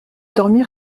dormir